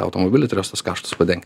automobilį turės tuos kaštus padengti